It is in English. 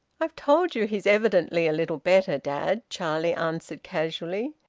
i've told you he's evidently a little better, dad, charlie answered casually.